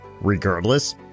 Regardless